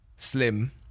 Slim